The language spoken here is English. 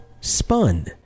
spun